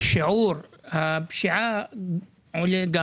כך שיעור הפשיעה עולה.